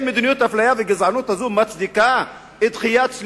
האם מדיניות האפליה והגזענות הזו מצדיקה את דחיית,